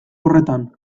horretan